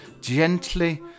gently